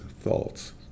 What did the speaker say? thoughts